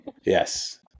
yes